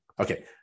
Okay